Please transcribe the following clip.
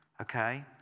okay